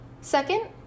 Second